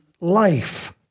life